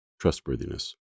trustworthiness